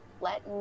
let